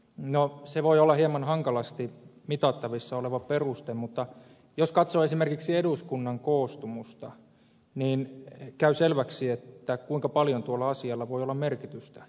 no se voi olla hieman hankalasti mitattavissa oleva peruste mutta jos katsoo esimerkiksi eduskunnan koostumusta niin käy selväksi kuinka paljon tuolla asialla voi olla merkitystä